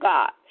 God